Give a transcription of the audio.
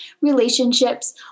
relationships